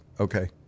Okay